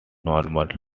normal